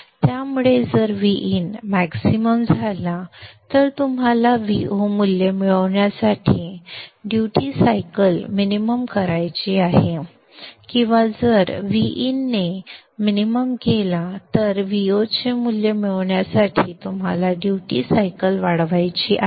त्यामुळे जर Vin maximum झाला तर तुम्हाला समान Vo मूल्य मिळविण्यासाठी ड्युटी सायकल min करायची आहे किंवा जरVin ने किमान गेला तर Vo चे मूल्य मिळवण्यासाठी तुम्हाला ड्युटी सायकल वाढवायची आहे